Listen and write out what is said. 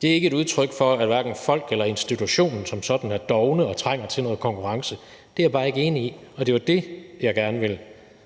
skulle være et udtryk for, at folk eller institutionen som sådan er dovne og trænger til noget konkurrence, er jeg bare ikke enig i, og det var det, jeg gerne ville